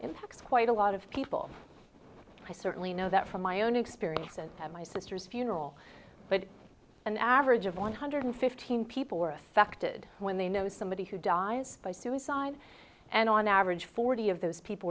fact quite a lot of people i certainly know that from my own experience and my sister's funeral but an average of one hundred fifteen people were affected when they know somebody who dies by suicide and on average forty of those people